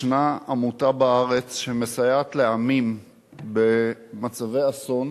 ישנה עמותה בארץ שמסייעת לעמים במצבי אסון